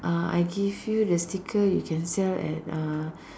uh I give you the sticker you can sell at uh